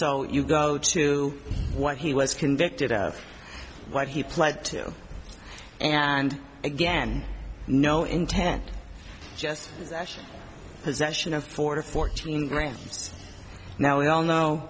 so you go to what he was convicted of what he pled to and again no intent just possession of four to fourteen grams now we all kno